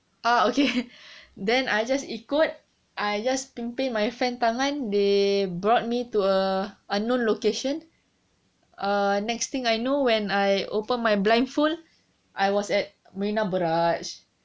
ah okay then I just ikut I just pimpin my friend tangan they brought me to a unknown location ah next thing I know when I open my blindfold I was at marina barrage heated gang marina barrage